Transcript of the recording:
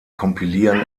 kompilieren